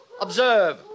Observe